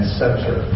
center